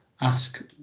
ask